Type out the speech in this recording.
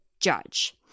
judge